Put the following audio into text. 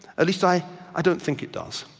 at least i i don't think it does.